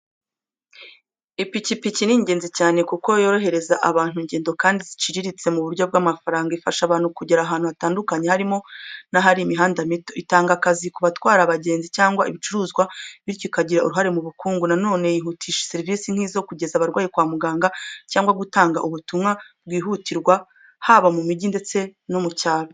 Ipikipiki ni ingenzi cyane kuko yorohereza abantu ingendo kandi ziciriritse mu buryo bw’amafaranga. Ifasha abantu kugera ahantu hatandukanye, harimo n’ahari imihanda mito. Itanga akazi ku batwara abagenzi cyangwa ibicuruzwa, bityo ikagira uruhare mu bukungu. Na none yihutisha serivisi nk’izo kugeza abarwayi kwa muganga cyangwa gutanga ubutumwa bwihutirwa haba mu mujyi ndetse no mu cyaro.